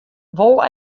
wol